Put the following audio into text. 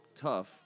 tough